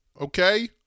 Okay